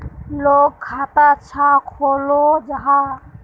लोग खाता चाँ खोलो जाहा?